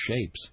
shapes